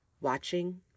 watching